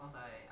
cause I